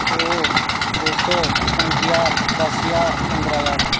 दो दो सौ पंज ज्हार दस ज्हार पन्दरां ज्हार